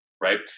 right